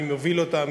מי מוביל אותה,